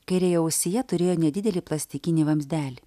kairėje ausyje turėjo nedidelį plastikinį vamzdelį